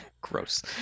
Gross